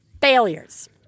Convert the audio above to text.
Failures